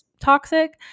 toxic